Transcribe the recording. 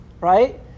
right